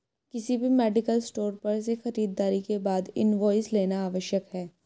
किसी भी medical store पर से खरीदारी के बाद इनवॉइस लेना आवश्यक है